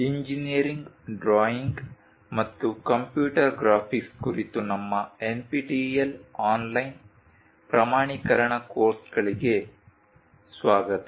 engineering drawing ಮತ್ತು computer graphics ಕುರಿತು ನಮ್ಮ NPTEL ಆನ್ಲೈನ್ ಪ್ರಮಾಣೀಕರಣ ಕೋರ್ಸ್ಗಳಿಗೆ ಸುಸ್ವಾಗತ